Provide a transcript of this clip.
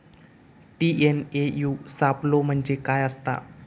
TNAU सापलो म्हणजे काय असतां?